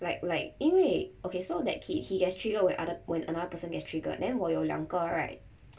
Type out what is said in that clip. like like 因为 okay so that kid he gets triggered when other when another person gets triggered then 我有两个 right